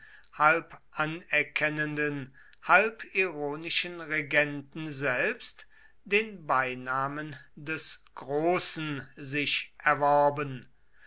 halb anerkennenden halb ironischen regenten selbst den beinamen des großen sich erworben